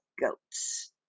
goats